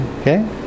okay